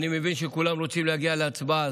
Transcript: אני מבין שכולם רוצים להגיע להצבעה.